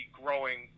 growing